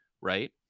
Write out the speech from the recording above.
right